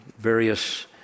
various